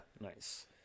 nice